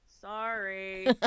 sorry